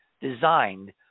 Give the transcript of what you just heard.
designed